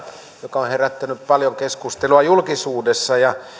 joka on herättänyt paljon keskustelua julkisuudessa